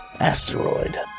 asteroid